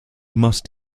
must